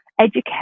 educate